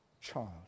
child